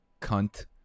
cunt